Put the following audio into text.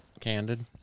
candid